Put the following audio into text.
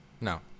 no